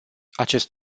acest